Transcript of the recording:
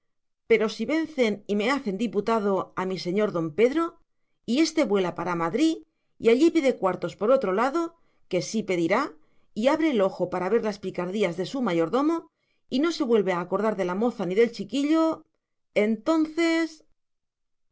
pero si vencen y me hacen diputado a mi señor don pedro y éste vuela para madrí y allí pide cuartos por otro lado que sí pedirá y abre el ojo para ver las picardías de su mayordomo y no se vuelve a acordar de la moza ni del chiquillo entonces